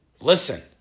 listen